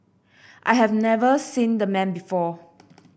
I have never seen the man before